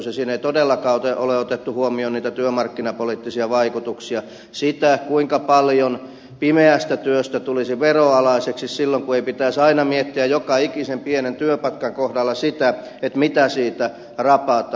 siinä ei todellakaan ole otettu huomioon niitä työmarkkinapoliittisia vaikutuksia sitä kuinka paljon pimeästä työstä tulisi veronalaiseksi silloin kun ei pitäisi aina miettiä joka ikisen pienen työpaikan kohdalla sitä mitä siitä rapataan